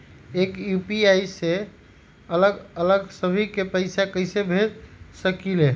एक यू.पी.आई से अलग अलग सभी के पैसा कईसे भेज सकीले?